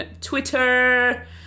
Twitter